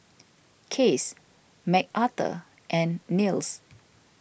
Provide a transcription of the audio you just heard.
Case Mcarthur and Nils